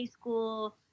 school